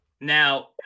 Now